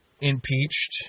impeached